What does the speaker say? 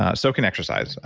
ah so can exercise,